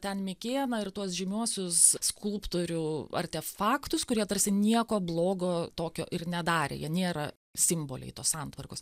ten mikėną ir tuos žymiuosius skulptorių artefaktus kurie tarsi nieko blogo tokio ir nedarė jie nėra simboliai tos santvarkos